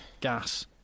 gas